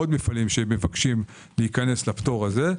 עוד מפעלים שמבקשים להיכנס לפטור הזה.